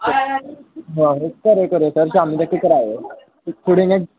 करेओ करेओ सर शामीं ड़ी करायो ते उनें गे